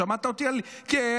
שמעת אותי על דלתון?